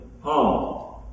home